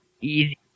easy